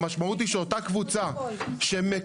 המשמעות היא שאותה קבוצה שמקופחת